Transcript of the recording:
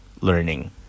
learning